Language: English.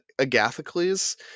Agathocles